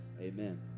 amen